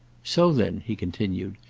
so then, he continued,